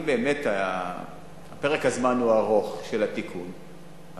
אם באמת פרק הזמן של התיקון ארוך,